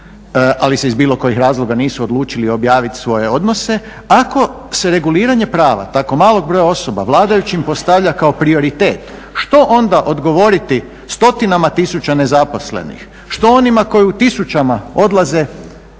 ali se iz bilo kojih razloga nisu odlučili objavit svoje odnose, ako se reguliranje prava tako malog broja osoba vladajućim postavlja kao prioritet što onda odgovoriti stotinama tisuća nezaposlenih, što onima koji u tisućama odlaze